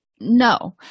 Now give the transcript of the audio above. no